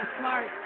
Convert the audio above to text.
smart